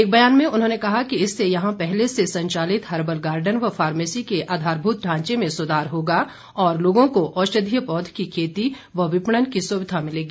एक बयान में उन्होंने कहा कि इससे यहां पहले से संचालित हर्बल गार्डन व फार्मेसी के आधारभूत ढांचे में सुधार होगा और लोगों को औषधीय पौध की खेती व विपणन की सुविधा मिलेगी